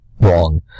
wrong